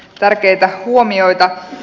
tärkeitä huomioita